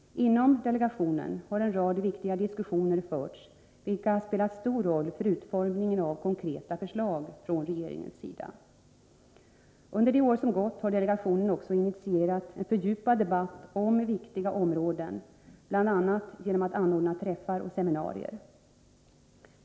Inom delegationen har en rad viktiga diskussioner förts, vilka spelat stor roll för utformningen av konkreta förslag från regeringens sida. Under det år som gått har delegationen också initierat en fördjupad debatt om viktiga områden, bl.a. genom att anordna träffar och seminarier.